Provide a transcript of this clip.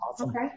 Okay